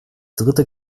dritte